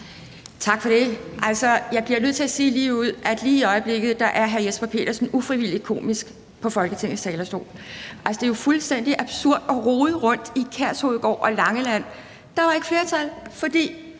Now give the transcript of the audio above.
Tak for det. Altså, jeg bliver nødt til at sige ligeud, at lige i øjeblikket er hr. Jesper Petersen ufrivilligt komisk på Folketingets talerstol. Det er jo fuldstændig absurd at rode rundt i Kærshovedgård og Langeland. Der var ikke flertal, fordi